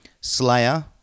Slayer